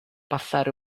passare